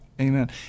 Amen